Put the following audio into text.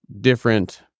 different